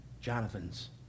jonathan's